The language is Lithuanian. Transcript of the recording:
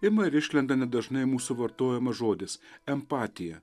ima ir išlenda nedažnai mūsų vartojamas žodis empatija